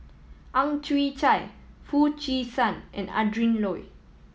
Ang Chwee Chai Foo Chee San and Adrin Loi